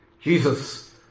Jesus